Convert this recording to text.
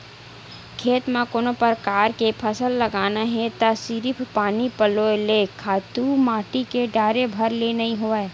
खेत म कोनो परकार के फसल लगाना हे त सिरिफ पानी पलोय ले, खातू माटी के डारे भर ले नइ होवय